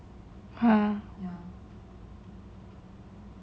!huh!